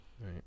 Right